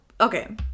okay